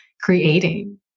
creating